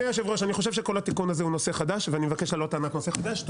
אני חושב שכל התיקון הזה הוא נושא חדש ואני מבקש להעלות טענת נושא חדש,